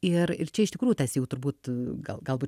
ir ir čia iš tikrųjų tas jau turbūt gal galbūt